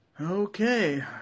Okay